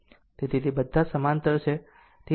તેથી તે બધા જ સમાંતર છે